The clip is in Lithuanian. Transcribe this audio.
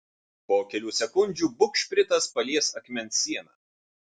po kelių sekundžių bugšpritas palies akmens sieną